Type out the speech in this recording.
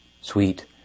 sweet